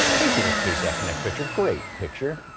thank you for the ksat connect picture great picture.